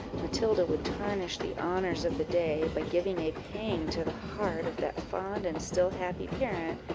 matilda would tarnish the honours of the day, by giving a pang to the heart of that fond and still happy parent,